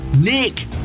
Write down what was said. Nick